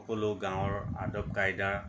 সকলো গাঁৱৰ আদব কাইদা